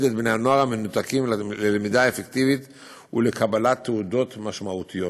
את בני הנוער המנותקים ללמידה אפקטיבית ולקבלת תעודות משמעותיות.